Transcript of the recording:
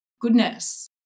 goodness